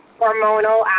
hormonal